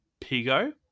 pigo